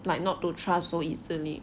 like not to trust so easily